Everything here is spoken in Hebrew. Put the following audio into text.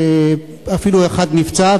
אפילו אחד נפצע,